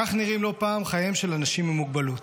כך נראים לא פעם חייהם של אנשים עם מוגבלות.